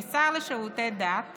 כשר לשירותי דת